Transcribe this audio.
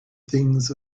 things